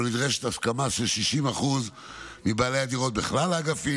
שבו נדרשת הסכמה של 60% מבעלי הדירות בכלל האגפים